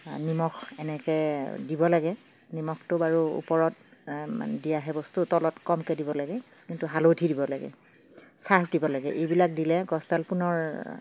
নিমখ এনেকৈ দিব লাগে নিমখটো বাৰু ওপৰত মানে দিয়াহে বস্তু তলত কমকৈ দিব লাগে কিন্তু হালধি দিব লাগে ছাৰ্ফ দিব লাগে এইবিলাক দিলে গছডাল পুনৰ